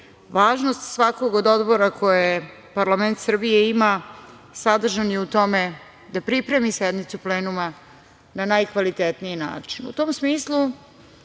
jesu. Važnost svakog od odbora koje parlament Srbije ima sadržan je u tome da pripremi sednicu plenuma na najkvalitetniji način.